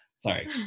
sorry